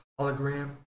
hologram